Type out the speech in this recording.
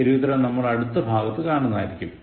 ശരിയുത്തരം നമ്മൾ അടുത്ത ഭാഗത്ത് കാണുന്നതായിരിക്കും